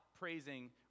praising